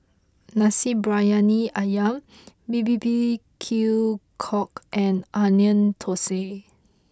Nasi Briyani Ayam B B Q Cockle and Onion Thosai